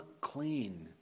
clean